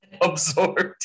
absorbed